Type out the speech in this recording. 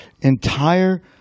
entire